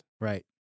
Right